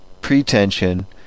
pretension